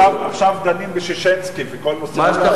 עכשיו דנים בששינסקי ובכל נושא הגז.